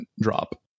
drop